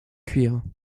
cuir